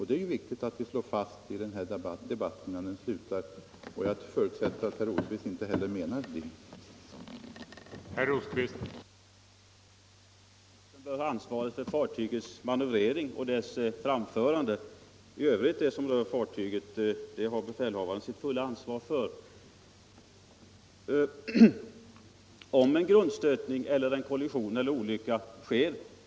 Detta är viktigt att slå fast innan debatten slutar, och jag förutsätter att herr Rosqvist inte heller menar någonting annat.